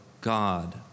God